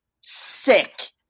sick